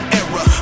era